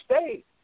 State